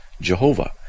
Jehovah